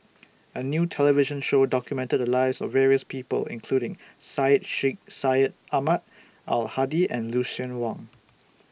A New television Show documented The Lives of various People including Syed Sheikh Syed Ahmad Al Hadi and Lucien Wang